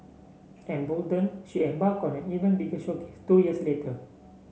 emboldened she embarked on an even bigger showcase two years later